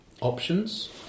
options